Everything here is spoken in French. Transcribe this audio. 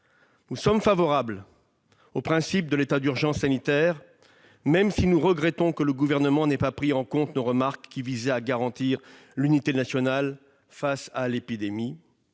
Nous sommes favorables au principe de l'état d'urgence sanitaire, même si nous regrettons que le Gouvernement n'ait pas pris en compte nos remarques qui visaient à garantir l'unité nationale face à l'épidémie.